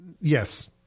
yes